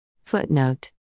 Footnote